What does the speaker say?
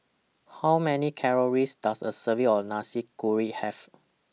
How Many Calories Does A Serving of Nasi Kuning Have